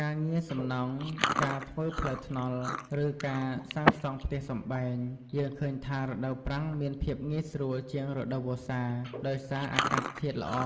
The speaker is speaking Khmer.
ការងារសំណង់ ការធ្វើផ្លូវថ្នល់ ឬការសាងសង់ផ្ទះសម្បែង យើងឃើញថារដូវប្រាំងមានភាពងាយស្រួលជាងរដូវវស្សា ដោយសារអាកាសធាតុល្អ